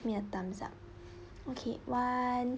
me a thumbs up okay one